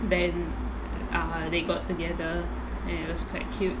then err they got together and it was quite cute